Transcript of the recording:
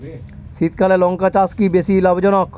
শীতকালে লঙ্কা চাষ কি বেশী লাভজনক?